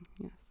Yes